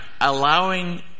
allowing